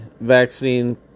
vaccine